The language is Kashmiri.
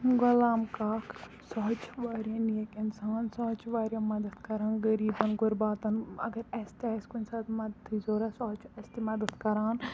غلام کاک سُہ حظ چھُ واریاہ نیک اِنسان سُہ حظ چھُ واریاہ مَدَد کَران غریٖبَن غُرباتَن اگر اَسہِ تہِ آسہِ کُنہِ ساتہٕ مَدتٕچ ضوٚرَتھ سُہ حظ چھُ اَسہ تہِ مَدَد کَران